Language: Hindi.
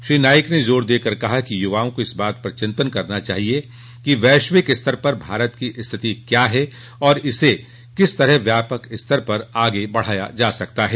श्री नाईक ने ज़ोर देकर कहा कि युवाओं का इस बात पर चिंतन करना चाहिए कि वैश्विक स्तर पर भारत की स्थिति क्या है और इसे किस तरह व्यापक स्तर पर आगे बढ़ाया जा सकता है